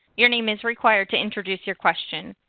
your name is required to introduce your question.